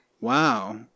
Wow